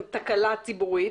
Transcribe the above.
תקלה ציבורית,